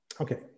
Okay